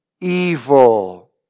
evil